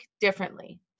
differently